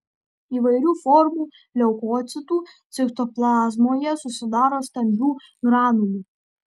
įvairių formų leukocitų citoplazmoje susidaro stambių granulių